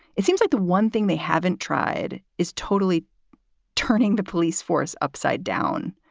it seems like the one thing they haven't tried is totally turning the police force upside down.